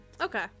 okay